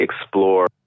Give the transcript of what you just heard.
explore